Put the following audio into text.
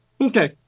Okay